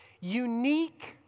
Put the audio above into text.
unique